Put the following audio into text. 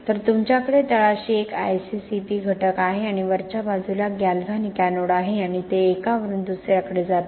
तर तुमच्याकडे तळाशी एक ICCP घटक आहे आणि वरच्या बाजूला गॅल्व्हॅनिक एनोड आहे आणि ते एका वरून दुसऱ्याकडे जाते